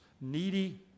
needy